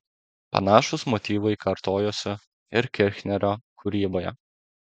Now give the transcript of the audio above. panašūs motyvai kartojosi ir kirchnerio kūryboje